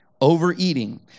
Overeating